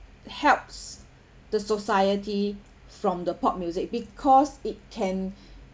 helps the society from the pop music because it can